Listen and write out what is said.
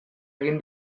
egin